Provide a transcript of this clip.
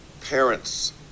parents